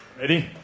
Ready